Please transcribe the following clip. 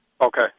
Okay